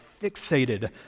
fixated